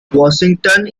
washington